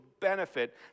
benefit